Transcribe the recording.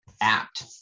apt